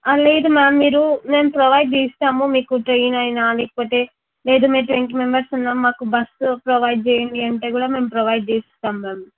లేదు మ్యామ్ మీరు మేము ప్రొవైడ్ చేస్తాము మీకు ట్రైన్ అయిన లేకపోతే లేదు మేము ట్వంటీ మెంబర్స్ ఉన్నాం మాకు బస్ ప్రొవైడ్ చేయండి అంటే కూడా మేము ప్రొవైడ్ చేస్తాం మ్యామ్